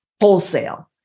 wholesale